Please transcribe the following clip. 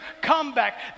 comeback